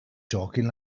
talking